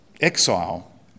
exile